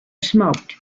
smoked